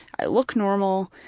i look normal,